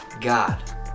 God